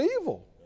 evil